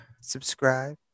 Subscribe